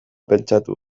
pentsatu